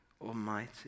Almighty